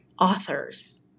authors